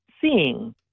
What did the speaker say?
seeing